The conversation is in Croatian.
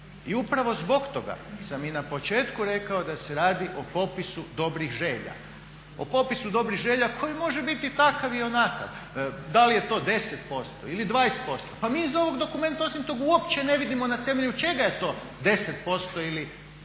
I upravo zbog toga sam i na početku rekao da se radi o popisu dobrih želja, o popisu dobrih želja koji može biti takav i onakav, da li je to 10% ili 20% pa mi iz ovog dokumenta osim tog uopće ne vidimo na temelju čega je to 10% ili 5%